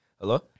Hello